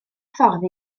ffordd